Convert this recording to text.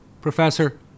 Professor